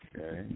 Okay